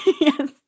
Yes